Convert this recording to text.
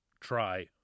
try